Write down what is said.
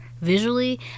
visually